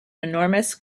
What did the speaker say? enormous